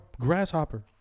grasshopper